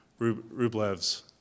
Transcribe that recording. Rublev's